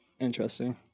Interesting